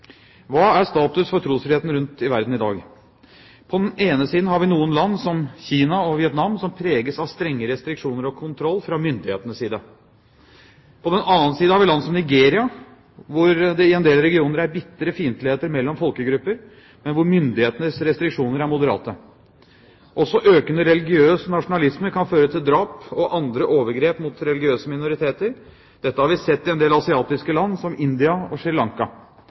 Hva er status for trosfriheten rundt i verden i dag? På den ene siden har vi noen land, som Kina og Vietnam, som preges av strenge restriksjoner og kontroll fra myndighetenes side. På den annen side har vi land som Nigeria, hvor det i en del regioner er bitre fiendtligheter mellom folkegrupper, men hvor myndighetenes restriksjoner er moderate. Også økende religiøs nasjonalisme kan føre til drap og andre overgrep mot religiøse minoriteter. Dette har vi sett i en del asiatiske land, som India og